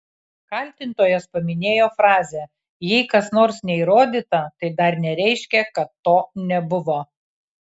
kaltintojas paminėjo frazę jei kas nors neįrodyta tai dar nereiškia kad to nebuvo